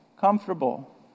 comfortable